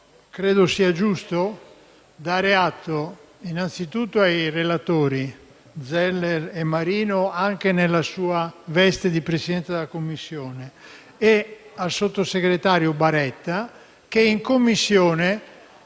credo sia giusto dare atto innanzitutto ai relatori Zeller e Mauro Maria Marino - e quest'ultimo anche nella sua veste di Presidente della Commissione - e al sottosegretario Baretta che in Commissione